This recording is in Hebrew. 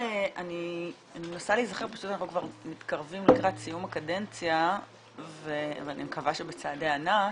אנחנו מתקרבים לקראת סיום הקדנציה ואני מקווה שבצעדי ענק,